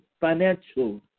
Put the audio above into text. financial